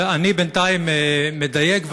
אני בינתיים מדייק,